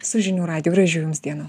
su žinių radiju gražių jums dienų